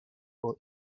four